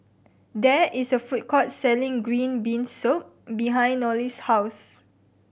there is a food court selling green bean soup behind Nolie's house